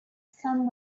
some